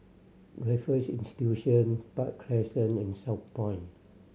Raffles Institution Park Crescent and Southpoint